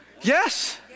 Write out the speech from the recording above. Yes